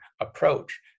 approach